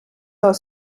are